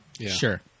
Sure